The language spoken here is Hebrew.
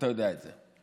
אתה יודע את זה.